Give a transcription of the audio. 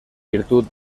virtud